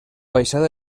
baixada